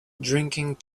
drinking